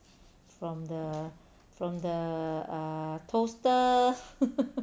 from the from the err toaster